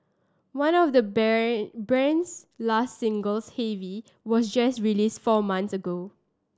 one of the 's last singles Heavy was just released four months ago